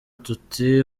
tuti